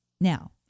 Now